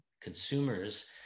consumers